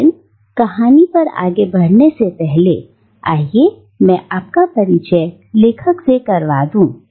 लेकिन कहानी पर आगे बढ़ने से पहले मैं आपका परिचय लेखक से करवा दूं